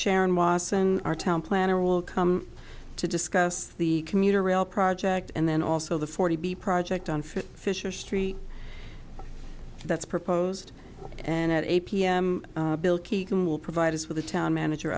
sharon watson our town planner will come to discuss the commuter rail project and then also the forty b project on fisher street that's proposed and at eight p m bill keegan will provide us with a town manager